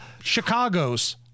Chicago's